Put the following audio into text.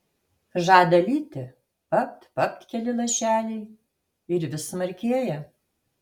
žada lyti papt papt keli lašeliai ir vis smarkėja